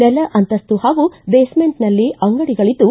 ನೆಲ ಅಂತಸ್ತು ಹಾಗೂ ಬೇಸಮೆಂಟ್ನಲ್ಲಿ ಅಂಗಡಿಗಳಿದ್ದು